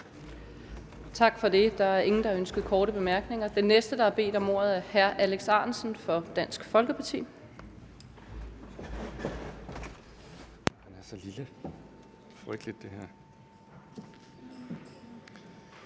Tak for det. Der er ingen, der har ønsket korte bemærkninger. Den næste, der har bedt om ordet, er hr. Alex Ahrendtsen, Dansk Folkeparti.